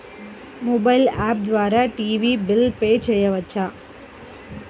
Mobile app ద్వారా TV bill pay చేయవచ్చా?